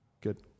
Good